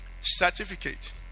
certificate